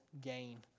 gain